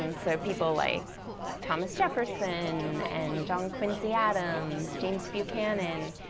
and so people like thomas jefferson, and john quincy adams, james buchanan.